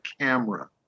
camera